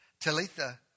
Talitha